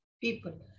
people